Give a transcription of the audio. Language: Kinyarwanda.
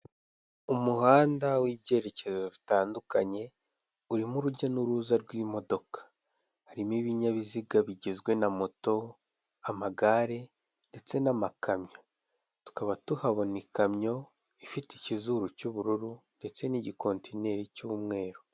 Umuhanda w'ibyeyerekezo bitandukanye urimo urujya n'uruza rw'imodoka, harimo ibinyabiziga bigizwe na moto amagare ndetse n'amakamyo, tukaba tuhabona ikamyo ifite ikizuru cy'ubururu ndetse n'igikontinneri cy'umweru.